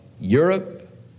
Europe